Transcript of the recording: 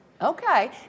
Okay